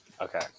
Okay